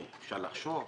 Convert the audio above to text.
שאפשר לחשוב,